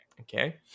okay